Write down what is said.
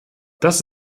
das